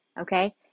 okay